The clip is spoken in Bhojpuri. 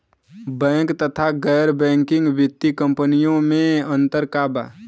बैंक तथा गैर बैंकिग वित्तीय कम्पनीयो मे अन्तर का बा?